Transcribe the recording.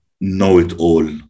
know-it-all